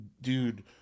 dude